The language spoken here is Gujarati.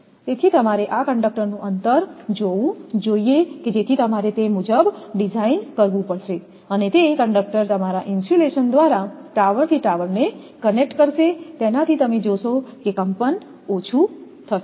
તેથી તમારે આ કંડક્ટરનું અંતર જોવું જોઈએ કે જેથી તમારે તે મુજબ ડિઝાઇન કરવું પડશે અને તે કંડક્ટર તમારા ઇન્સ્યુલેશન દ્વારા ટાવરથી ટાવરને કનેક્ટ કરશે તેનાથી તમે જોશો કે કંપન ઓછું થશે